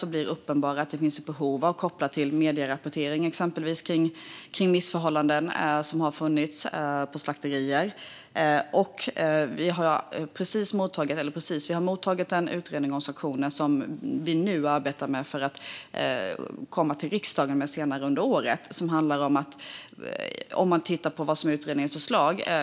Det är uppenbart att det finns ett behov, kopplat till exempelvis medierapportering kring missförhållanden som har funnits på slakterier. Vi har mottagit en utredning om sanktioner, som vi nu arbetar med. Vi ska komma till riksdagen med det senare under året. Man kan titta på utredningens förslag.